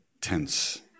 tense